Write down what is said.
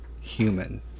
human